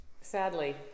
sadly